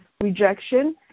rejection